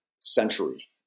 century